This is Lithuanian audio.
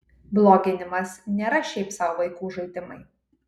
bloginimas nėra šiaip sau vaikų žaidimai